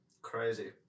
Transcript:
Crazy